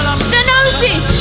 stenosis